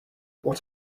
what